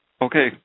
Okay